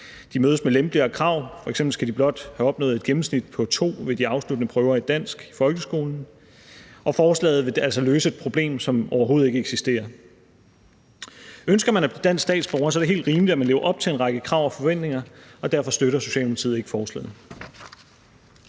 De mødes med lempeligere krav – f.eks. skal de blot have opnået et gennemsnit på 2 ved de afsluttende prøver i dansk i folkeskolen. Og forslaget vil altså løse et problem, som overhovedet ikke eksisterer. Ønsker man at blive dansk statsborger, er det helt rimeligt, at man lever op til en række krav og forventninger, og derfor støtter Socialdemokratiet ikke forslaget.